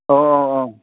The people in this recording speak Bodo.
औ औ औ